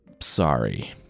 sorry